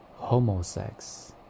homosex